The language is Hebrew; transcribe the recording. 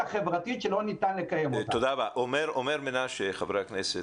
חברי הכנסת,